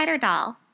Doll